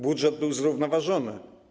Budżet był zrównoważony.